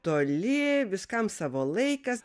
toli viskam savo laikas